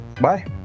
bye